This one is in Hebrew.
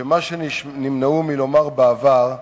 שמה שנמנעו מלומר בעבר,